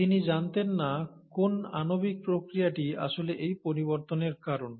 তিনি জানতেন না কোন আণবিক প্রক্রিয়াটি আসলে এই পরিবর্তনের কারণ